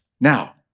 Now